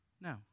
No